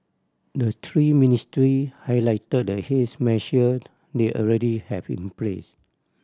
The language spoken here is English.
the three ministry highlighted the haze measured they already have in place